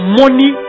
money